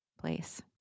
Place